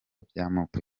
by’amoko